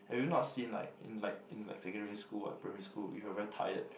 have you not seen like in like in like secondary school or primary school if you are very tired